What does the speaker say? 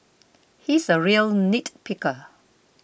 he is a real nitpicker